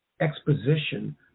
exposition